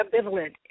ambivalent